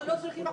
אני אסביר.